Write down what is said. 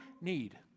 need